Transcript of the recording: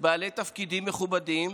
בעלי תפקידים מכובדים,